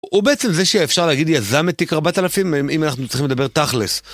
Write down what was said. הוא בעצם זה שאפשר להגיד יזם את תיק 4000 אם אנחנו צריכים לדבר תכלס.